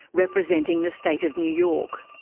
representing the state of new york.